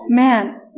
Man